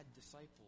disciples